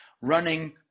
running